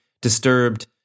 disturbed